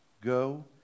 Go